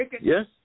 Yes